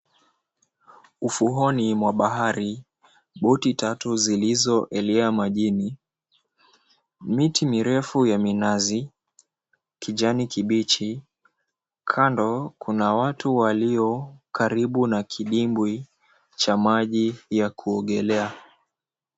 Ufuoni mwa bahari, boti tatu zilizoelea majini, miti mirefu ya minazi, kijani kibichi. Kando kuna watu waliokaribu na kidimbwi cha maji ya kuogelea.